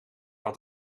had